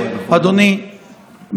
אדוני,